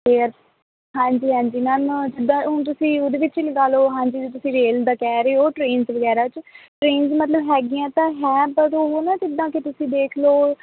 ਅਤੇ ਹਾਂਜੀ ਹਾਂਜੀ ਮੈਮ ਜਿੱਦਾਂ ਹੁਣ ਤੁਸੀਂ ਉਹਦੇ ਵਿੱਚ ਲਗਾ ਲਓ ਹਾਂਜੀ ਜੇ ਤੁਸੀਂ ਰੇਲ ਦਾ ਕਹਿ ਰਹੇ ਹੋ ਟਰੇਨਸ ਵਗੈਰਾ 'ਚ ਟਰੇਨ ਮਤਲਬ ਹੈਗੀਆਂ ਤਾਂ ਹੈ ਪਰ ਉਹਦਾ ਨਾ ਜਿੱਦਾਂ ਕਿ ਤੁਸੀਂ ਦੇਖ ਲਓ